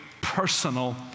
personal